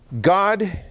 God